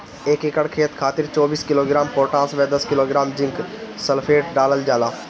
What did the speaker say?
एक एकड़ खेत खातिर चौबीस किलोग्राम पोटाश व दस किलोग्राम जिंक सल्फेट डालल जाला?